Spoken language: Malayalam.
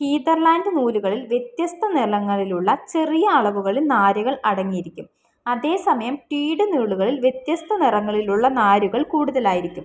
ഹീദർലാൻഡ് നൂലുകളിൽ വ്യത്യസ്ത നിറങ്ങളിലുള്ള ചെറിയ അളവുകളിൽ നാരുകൾ അടങ്ങിയിരിക്കും അതേസമയം ടീട് നൂലുകളിൽ വ്യത്യസ്ത നിറങ്ങളിലുള്ള നാരുകൾ കൂടുതലായിരിക്കും